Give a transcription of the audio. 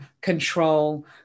control